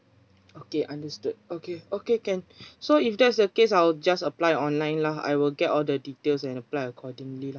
okay understood okay okay can so if that's the case I will just apply online lah I will get all the details and apply accordingly lah